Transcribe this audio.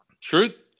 Truth